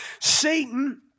Satan